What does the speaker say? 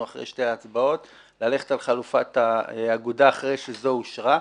אחרי שתי הצבעות ללכת על חלופת האגודה אחרי שזו אושרה.